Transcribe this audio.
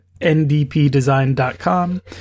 ndpdesign.com